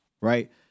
right